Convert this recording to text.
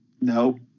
No